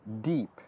deep